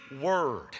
word